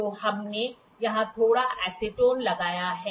तो हमने यहां थोड़ा एसीटोन लगाया है